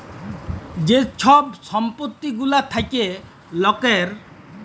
যে ছব সম্পত্তি গুলা থ্যাকে লকের